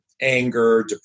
anger